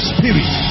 Spirit